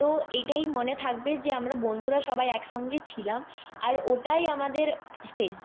তো এইটাই মনে থাকবে যে আমরা বন্ধুরা সবাই একসঙ্গে ছিলাম আর ওটাই আমাদের শেষ